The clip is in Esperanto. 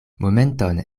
momenton